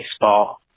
baseball